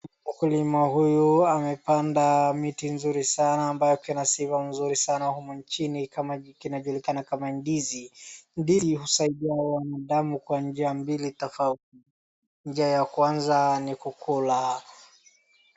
Mkulima huyu amepanda miti nzuri sana ambayo kina sifa mzuri sana humu nchini kinajulikana kama ndizi. Ndizi husaidia wanadamu kwa njia mbili tofauti, njia ya kwaza ni kukula.